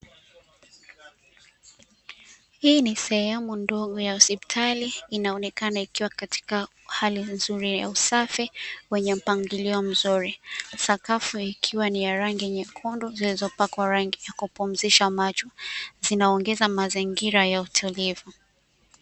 Hii ni sehemu ndogo ya hospitali, inaonekana ikiwa katika hali nzuri ya usafi wenye mpangilio mzuri, sakafu ikiwa ni ya rangi nyekundu, zilizopaka rangi ya kupumzisha macho, zinaongeza mazingira ya utulivu.